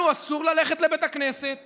לנו אסור ללכת לבית הכנסת